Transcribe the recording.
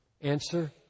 Answer